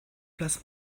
place